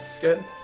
good